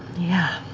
yeah,